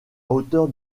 hauteur